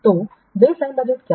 तो baseline budget क्या है